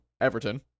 Everton